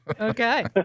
Okay